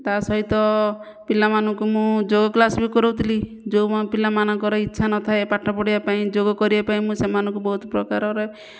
ତା' ସହିତ ପିଲାମାନଙ୍କୁ ମୁଁ ଯୋଗ କ୍ଲାସ୍ ବି କରାଉଥିଲି ଯେଉଁ ପିଲାମାନଙ୍କର ଇଚ୍ଛା ନଥାଏ ପାଠପଢ଼ିବା ପାଇଁ ଯୋଗ କରିବାପାଇଁ ମୁଁ ସେମାନଙ୍କୁ ବହୁତ ପ୍ରକାରର